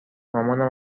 مامانم